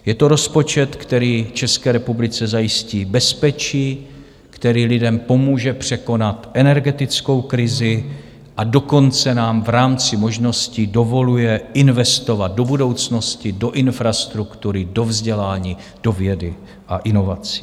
Je to rozpočet, který České republice zajistí bezpečí, který lidem pomůže překonat energetickou krizi, a dokonce nám v rámci možností dovoluje investovat do budoucnosti, do infrastruktury, do vzdělání, do vědy a inovací.